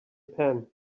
pen